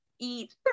eat